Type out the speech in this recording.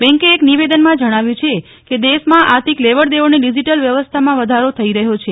બેંકે એક નિવેદનમાં જણાવ્યું છે કે દેશમાં આર્થિક લેવડ દેવડની ડિજીટલ વ્યવસ્થામાં વધારો થઈ રહ્યો છે